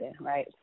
right